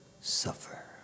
suffer